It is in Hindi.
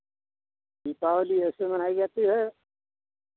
दीपावली ऐसे मनाई जाती है